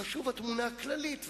חשובה התמונה ה"כללית",